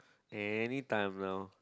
anytime around